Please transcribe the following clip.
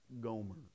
Gomer